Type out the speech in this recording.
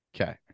Okay